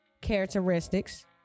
characteristics